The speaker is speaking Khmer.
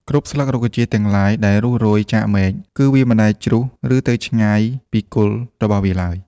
គ្រប់ស្លឹករុក្ខជាតិទាំងឡាយដែលរុះរោយចាកមែក គឺវាមិនដែលជ្រុះ ឬទៅណាឆ្ងាយពីគល់របស់វាឡើយ។